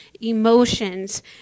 emotions